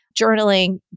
journaling